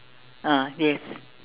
ah yes